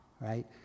right